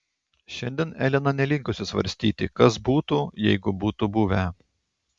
šiandien elena nelinkusi svarstyti kas būtų jeigu būtų buvę